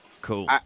Cool